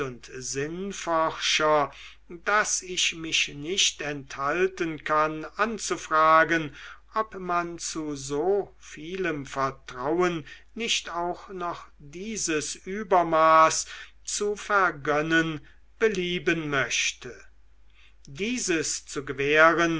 und sinnforscher daß ich mich nicht enthalten kann anzufragen ob man zu so vielem vertrauen nicht auch noch dieses übermaß zu vergönnen belieben möchte dieses zu gewähren